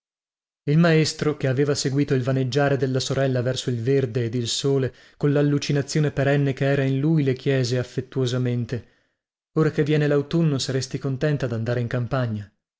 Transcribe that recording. il maestro che aveva seguito il vaneggiare della sorella verso il verde ed il sole collallucinazione perenne che era in lui le chiese affettuosamente ora che viene lautunno saresti contenta dandare in campagna